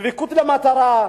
דבקות במטרה,